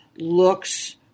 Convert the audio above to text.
looks